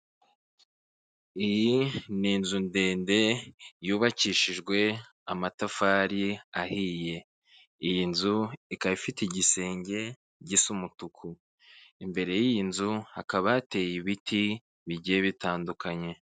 Iyi ni inzu ndende yubakishijwe amatafari ahiye, iyi nzu ikaba ifite igisenge gisa umutuku, imbere y'iyi nzu hakaba hateye ibiti bigiye bitandukanye.